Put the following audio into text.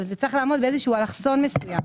אבל זה צריך לעמוד באלכסון מסוים.